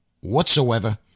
whatsoever